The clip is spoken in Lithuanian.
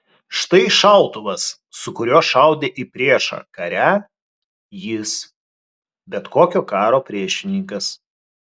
štai šautuvas su kuriuo šaudė į priešą kare jis bet kokio karo priešininkas